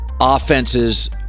offenses